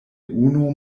unu